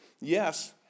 yes